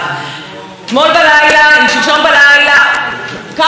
איך יכול להיות שהוא לא מתייחס לזה בנאום שלו?